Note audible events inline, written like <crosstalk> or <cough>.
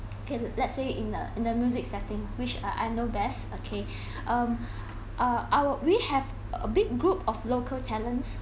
cause let's say in a in a music setting which uh I know best okay <breath> um <breath> uh our we have a big group of local talents